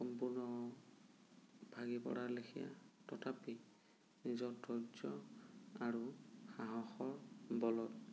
সম্পূৰ্ণ ভাগি পৰাৰ লেখিয়া তথাপি নিজৰ ধৈৰ্য্য় আৰু সাহসৰ বলত